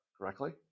correctly